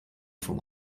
vom